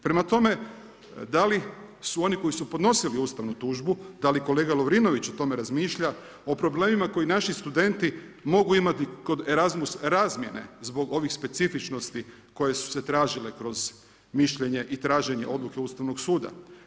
Prema tome, da li su oni koji su podnosili ustavnu tužbu, da li kolega Lovrinović o tome razmišlja, o problemima koje naši studenti mogu imati kod ERASMUS razmjene zbog ovih specifičnosti koje su se tražile kroz mišljenje i traženje odluke Ustavnog suda.